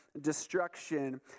destruction